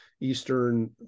eastern